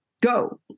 go